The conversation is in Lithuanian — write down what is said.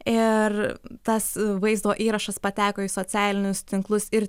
ir tas vaizdo įrašas pateko į socialinius tinklus ir